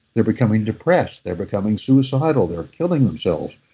they're becoming depressed they're becoming suicidal. they're killing themselves.